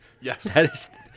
Yes